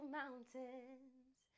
mountains